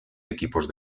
equipos